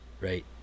right